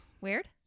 Weird